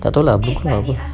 tak [tau] lah